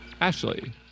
Ashley